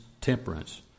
temperance